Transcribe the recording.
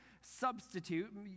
substitute